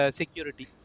security